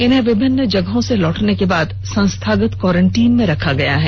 इन्हें विभिन्न जगहों से लौटने के बाद संस्थागत क्वारेंटीन में रखा गया था